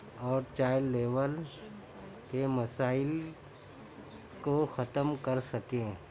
اور child labour کے مسائل کو ختم کر سکیں